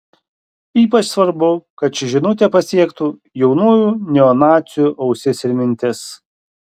ypač svarbu kad ši žinutė pasiektų jaunųjų neonacių ausis ir mintis